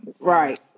Right